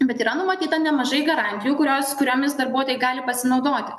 bet yra numatyta nemažai garantijų kurios kuriomis darbuotojai gali pasinaudoti